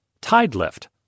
Tidelift